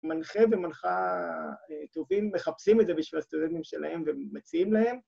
מנחה ומנחה טובים מחפשים את זה בשביל הסטודנטים שלהם ומציעים להם.